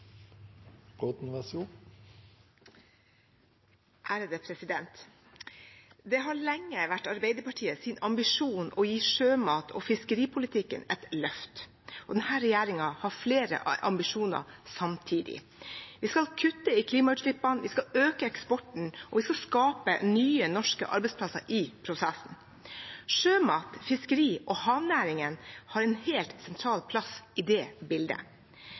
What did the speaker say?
Det har lenge vært Arbeiderpartiets ambisjon å gi sjømat- og fiskeripolitikken et løft, og denne regjeringen har flere ambisjoner samtidig. Vi skal kutte i klimagassutslippene, øke eksporten og skape nye, norske arbeidsplasser i den prosessen. Sjømat-, fiskeri- og havnæringene har en helt sentral plass i det bildet.